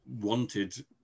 wanted